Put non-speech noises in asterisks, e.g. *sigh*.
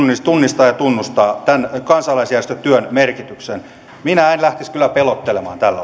tunnistaa ja tunnustaa tämän kansalaisjärjestötyön merkityksen minä en lähtisi kyllä pelottelemaan tällä *unintelligible*